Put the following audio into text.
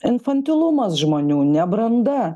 infantilumas žmonių nebranda